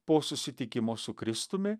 po susitikimo su kristumi